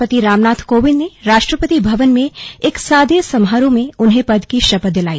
राष्ट्रपति रामनाथ कोविंद ने राष्ट्रपति भवन में एक सादे समारोह में उन्हें पद की शपथ दिलाई